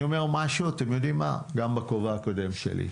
אני אומר משהו גם מהכובע הקודם שלי.